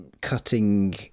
cutting